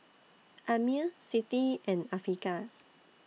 Ammir Siti and Afiqah